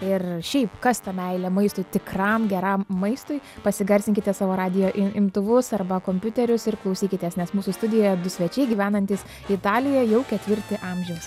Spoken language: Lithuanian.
ir šiaip kas ta meilė maistui tikram geram maistui pasigarsinkite savo radijo imtuvus arba kompiuterius ir klausykitės nes mūsų studijoje du svečiai gyvenantys italijoje jau ketvirtį amžiaus